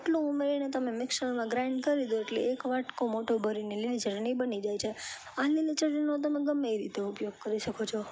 આટલું ઉમેરીને તમે મિક્સરમાં ગ્રાઈન્ડ કરી દો એટલે એક વાટકો મોટો ભરીને લીલી ચટણી બની જાય છે આ લીલી ચટણીનો તમે ગમે એ રીતે ઉપયોગ કરી શકો છો